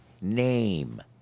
name